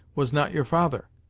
was not your father.